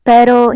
Pero